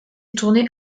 tournée